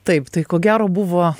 taip tai ko gero buvo